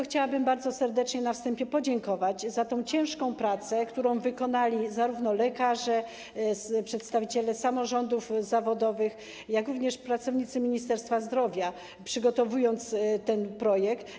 Chciałabym więc bardzo serdecznie na wstępie podziękować za tę ciężką pracę, którą wykonali zarówno lekarze, przedstawiciele samorządów zawodowych, jak i pracownicy Ministerstwa Zdrowia, przygotowując ten projekt.